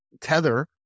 tether